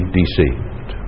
deceived